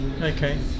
Okay